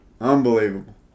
Unbelievable